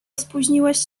spóźniłeś